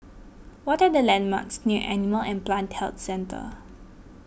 what are the landmarks near Animal and Plant Health Centre